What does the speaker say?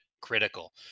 critical